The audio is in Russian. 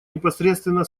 непосредственно